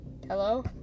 Hello